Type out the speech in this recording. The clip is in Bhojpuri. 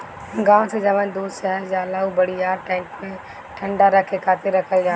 गाँव से जवन दूध शहर जाला उ बड़ियार टैंक में ठंडा रखे खातिर रखल जाला